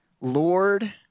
Lord